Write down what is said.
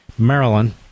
Maryland